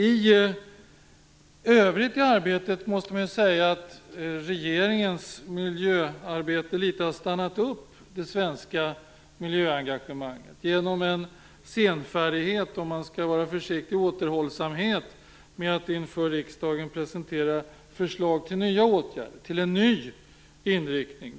I övrigt måste man ju säga att regeringens miljöarbete har stannat upp det svenska miljöengagemanget litet grand genom en senfärdighet och återhållsamhet med att inför riksdagen presentera förslag till nya åtgärder och till en ny inriktning.